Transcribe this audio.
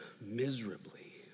miserably